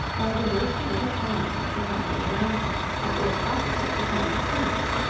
by the bursting of a pond at the top of a mountain that was opposite the town of plymouth.